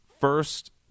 first